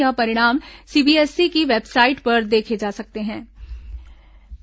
यह परिणाम सीबीएसई की वेबसाइट पर देखे जा सकेंगे